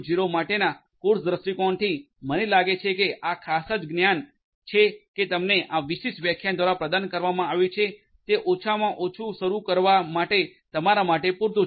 0 માટેના કોર્સ દ્રષ્ટિકોણથી મને લાગે છે કે આ ખાસ જ્ જ્ઞાન કે જે તમને આ વિશિષ્ટ વ્યાખ્યાન દ્વારા પ્રદાન કરવામાં આવ્યું છે તે ઓછામાં ઓછું શરૂ કરવા માટે તમારા માટે પૂરતું છે